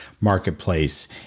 marketplace